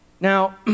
Now